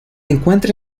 encuentra